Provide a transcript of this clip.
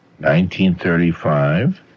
1935